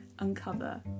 uncover